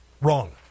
Wrong